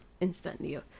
instantly